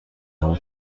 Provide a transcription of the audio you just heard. شما